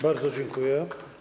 Bardzo dziękuję.